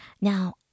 Now